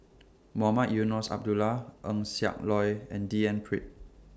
Mohamed Eunos Abdullah Eng Siak Loy and D N Pritt